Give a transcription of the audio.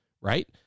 right